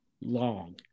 long